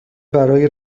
برای